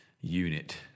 unit